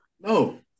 No